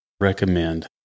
recommend